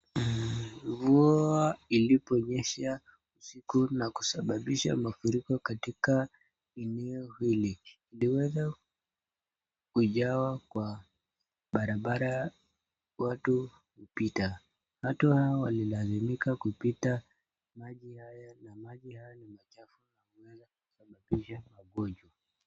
Mvua iliponyesha usiku na kusababisha mafuriko katika eneo hili . Iliweza kujawa kwa barabara watu hupita . Watu hawa walilazimika kupita maji haya na maji haya ni machafu yanaweza kusababisha magonjwa.